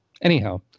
Anyhow